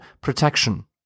protection